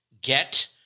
get